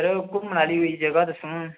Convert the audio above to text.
sir घूमन आह्ली कोई जगह् दस्सो हां